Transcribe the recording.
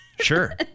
sure